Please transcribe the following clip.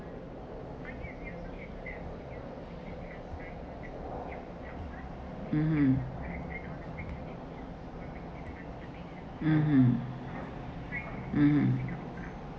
mmhmm mmhmm mmhmm